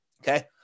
Okay